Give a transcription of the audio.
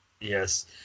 Yes